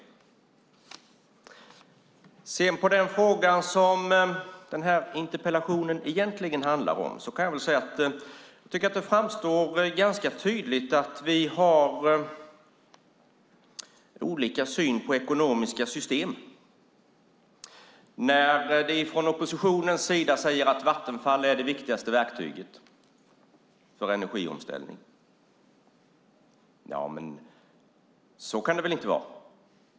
När det gäller den fråga som den här interpellationen egentligen handlar om tycker jag att det framstår tydligt att vi har olika syn på ekonomiska system. Från oppositionens sida säger man att Vattenfall är det viktigaste verktyget för energiomställning. Så kan det väl inte vara.